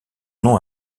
nom